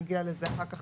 נגיע לזה אחר כך,